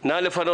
רובין,